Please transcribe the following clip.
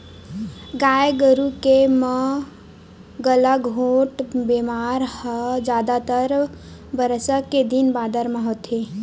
गाय गरु के म गलाघोंट बेमारी ह जादातर बरसा के दिन बादर म होथे